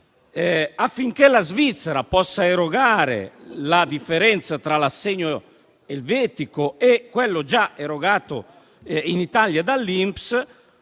Affinché la Svizzera possa erogare la differenza tra l'assegno elvetico e quello già erogato in Italia dall'INPS